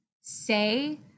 say